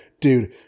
dude